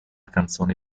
canzoni